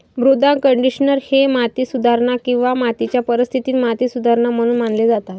मृदा कंडिशनर हे माती सुधारणा किंवा मातीच्या परिस्थितीत माती सुधारणा म्हणून मानले जातात